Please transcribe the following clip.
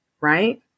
Right